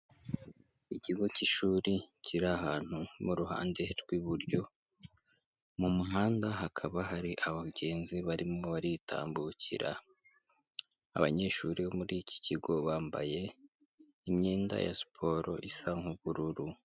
Ikigo cy'ishuri kiri ahantu mu ruhande rw'iburyo, mu muhanda hakaba hari abagenzi barimo baritambukira, abanyeshuri bo muri iki kigo bambaye imyenda ya siporo isa nk'ubururu.